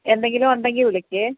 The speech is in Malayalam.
എന്തെങ്കിലും ഉണ്ടെങ്കിൽ വിളിക്ക്